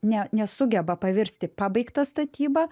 ne nesugeba pavirsti pabaigta statyba